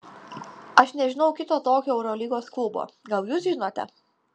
aš nežinau kito tokio eurolygos klubo gal jūs žinote